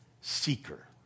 Seeker